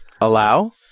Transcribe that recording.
Allow